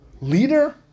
leader